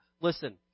Listen